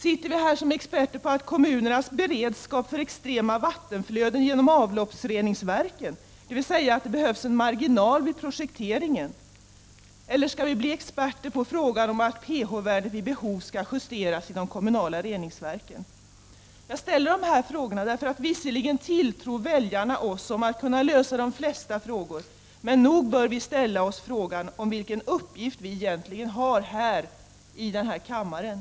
Sitter vi här som experter på kommunernas beredskap för extrema vattenflöden genom avloppsreningsverken, dvs. att det behövs en marginal vid projekteringen? Eller skall vi bli experter på att pH-värdet vid behov skall justeras vid de kommunala reningsverken? Jag ställer dessa frågor eftersom väljarna visserligen tilltror oss om att kunna lösa de flesta frågor, men nog bör vi ställa oss frågan om vilken uppgift vi verkligen har i den här kammaren.